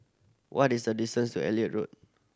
what is the distance to Elliot Road